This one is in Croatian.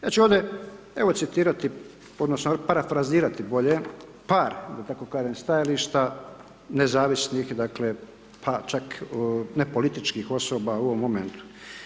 Ja ću ovdje, evo, citirati odnosno parafrazirati bolje, par da tako kažem stajališta nezavisnih, dakle, pa čak nepolitičkih osoba u ovom momentu.